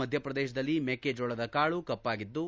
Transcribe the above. ಮಧ್ಯಪ್ರದೇಶದಲ್ಲಿ ಮೆಕ್ಕೆಜೋಳದ ಕಾಳು ಕಪ್ಪಾಗಿದ್ದು